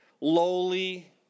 Lowly